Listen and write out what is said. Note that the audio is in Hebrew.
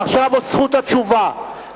ועכשיו זכות התשובה,